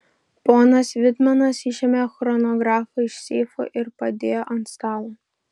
ponas vitmenas išėmė chronografą iš seifo ir padėjo ant stalo